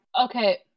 Okay